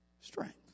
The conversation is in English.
strength